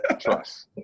Trust